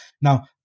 Now